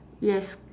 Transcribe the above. yes